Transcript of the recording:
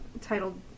titled